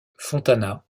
fontana